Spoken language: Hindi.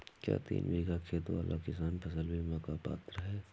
क्या तीन बीघा खेत वाला किसान फसल बीमा का पात्र हैं?